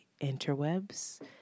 interwebs